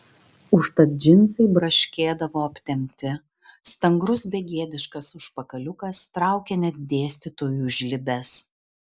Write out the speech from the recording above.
užtat džinsai braškėdavo aptempti stangrus begėdiškas užpakaliukas traukė net dėstytojų žlibes